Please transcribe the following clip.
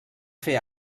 fer